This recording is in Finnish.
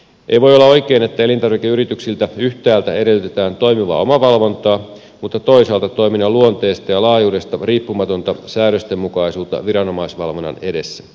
ei voi olla oikein että elintarvikeyrityksiltä yhtäältä edellytetään toimivaa omavalvontaa mutta toisaalta toiminnan luonteesta ja laajuudesta riippumatonta säädöstenmukaisuutta viranomaisvalvonnan edessä